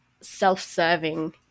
self-serving